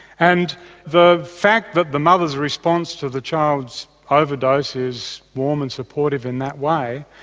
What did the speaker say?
and the fact that the mother's response to the child's ah overdose is warm and supportive in that way,